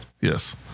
Yes